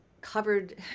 covered